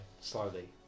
slowly